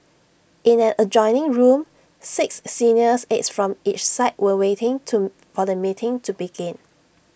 in an adjoining room six senior aides from each side were waiting to for the meeting to begin